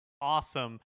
awesome